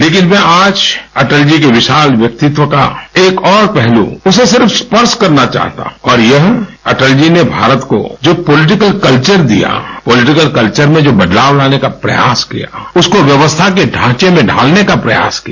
लेकिन मैं आज अटल जी के विशाल व्यक्तित्व का एक और पहलू उसे सिर्फ स्पर्श करना चाहता हूं और यह अटल जी ने भारत को जो पॉलीटिकल कल्वर दिया पॉलीटिकल कल्वर में जो बदलाव लाने का प्रयास किया उसको उस व्यवस्था को ढांचे में ढालने का प्रयास किया